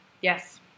Yes